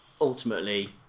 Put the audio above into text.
ultimately